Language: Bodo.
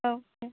औ दे